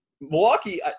Milwaukee